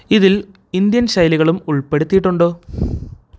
ഇതിൽ ഇൻഡ്യൻ ശൈലികളും ഉൾപ്പെടുത്തിയിട്ടുണ്ടോ